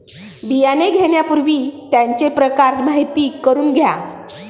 बियाणे घेण्यापूर्वी त्यांचे प्रकार माहिती करून घ्या